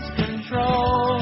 control